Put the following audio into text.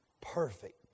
perfect